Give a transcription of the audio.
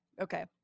Okay